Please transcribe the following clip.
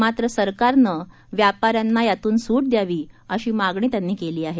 मात्र सरकारन व्यापाऱ्यांना यातुन सूट द्यावी अशी मागणी व्यपाऱ्यानी केली आहे